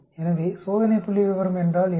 எனவே சோதனை புள்ளிவிவரம் என்றால் என்ன